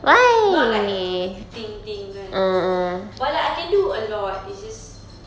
not not like a thing thing kan but I can do a lot it's just